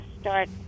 start